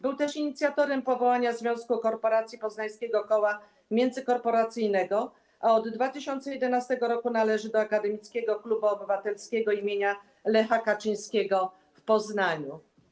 Był też inicjatorem powołania związku korporacji - Poznańskiego Koła Międzykorporacyjnego, a od 2011 r. należy do Akademickiego Klubu Obywatelskiego im. Prezydenta Lecha Kaczyńskiego w Poznaniu.